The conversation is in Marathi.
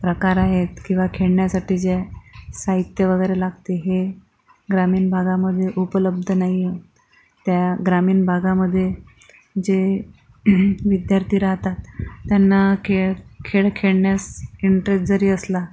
प्रकार आहेत किंवा खेळण्यासाठी जे साहित्य वगैरे लागते हे ग्रामीण भागामधे उपलब्ध नाहीये त्या ग्रामीण भागामध्ये जे विद्यार्थी राहतात त्यांना खेळ खेळ खेळण्यास इंटरेस जरी असला